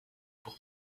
pour